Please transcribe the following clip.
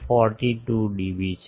42 dB છે